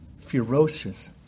ferocious